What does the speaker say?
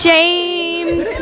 James